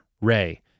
Ray